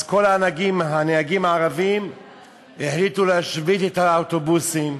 אז כל הנהגים הערבים החליטו להשבית את האוטובוסים,